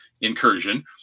incursion